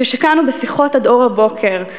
כששקענו בשיחות עד אור הבוקר,